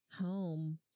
home